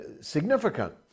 significant